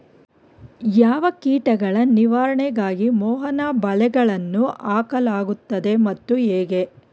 ಯಾವ ಕೀಟಗಳ ನಿವಾರಣೆಗಾಗಿ ಮೋಹನ ಬಲೆಗಳನ್ನು ಹಾಕಲಾಗುತ್ತದೆ ಮತ್ತು ಹೇಗೆ?